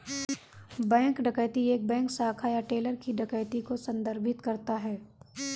bank डकैती एक bank शाखा या टेलर की डकैती को संदर्भित करता है